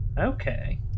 Okay